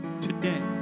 Today